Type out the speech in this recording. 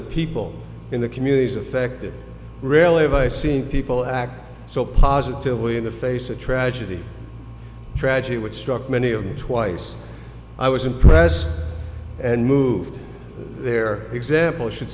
the people in the communities affected rarely have i seen people act so positively in the face of tragedy tragedy which struck many of them twice i was impressed and moved their example should